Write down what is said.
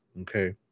okay